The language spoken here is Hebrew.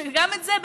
שגם את זה,